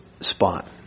spot